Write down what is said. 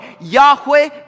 Yahweh